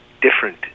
different